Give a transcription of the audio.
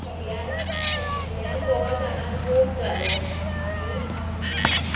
सगल्यांक तातूंतल्यान दोग जाणांक मोग जालो आनी आमची